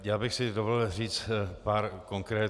Já bych si dovolil říct pár konkrét.